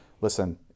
listen